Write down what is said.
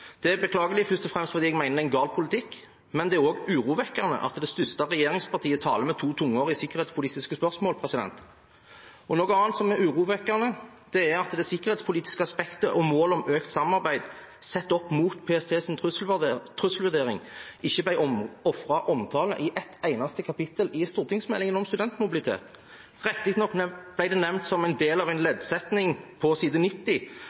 men det er også urovekkende at det største regjeringspartiet taler med to tunger i sikkerhetspolitiske spørsmål. Noe annet som er urovekkende, er at det sikkerhetspolitiske aspektet og målet om økt samarbeid, sett opp mot PSTs trusselvurdering, ikke ble ofret omtale i et eneste kapittel i stortingsmeldingen om studentmobilitet. Riktignok ble det nevnt som en del av en leddsetning på side 90,